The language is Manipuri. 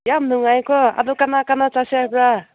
ꯌꯥꯝ ꯅꯨꯡꯉꯥꯏꯀꯣ ꯑꯗꯨ ꯀꯅꯥ ꯀꯅꯥ ꯆꯠꯁꯦ ꯍꯥꯏꯕ꯭ꯔꯥ